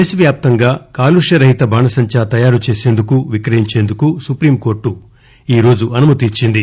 దేశ వ్యాప్తంగా కాలుష్య రహిత బాణసంచా తయారు చేసేందుకు విక్రయించేందుకు సుప్రీంకోర్లు ఈరోజు అనుమతిచ్చింది